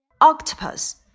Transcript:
Octopus